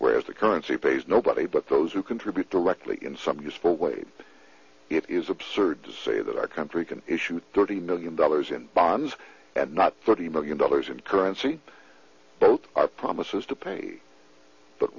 whereas the currency pays nobody but those who contribute directly in some useful way it is absurd to say that our country can issue thirty million dollars in bonds and not thirty million dollars in currency both are promises to pay but